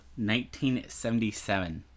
1977